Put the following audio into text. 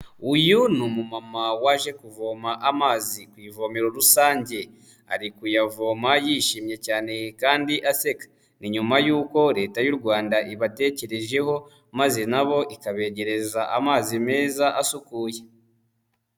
Uyu ni umu mama waje kuvoma amazi ku ivomero rusange, ari kuyavoma yishimye cyane kandi aseka, ni nyuma yuko leta y'u rwanda ibatekerejeho maze nabo ikabegereza amazi meza asukuye.